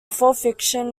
fortification